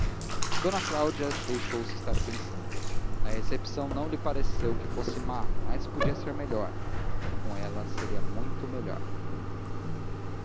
saí d cláudia deixou-se estar pensando a recepção não lhe pareceu que fosse má mas podia ser melhor com ela seria muito melhor